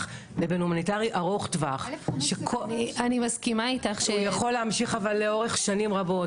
לבין הומניטרי ארוך טווח שהוא יכול להמשיך לאורך שנים רבות.